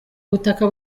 butaka